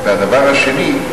והדבר השני,